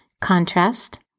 contrast